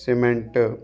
cement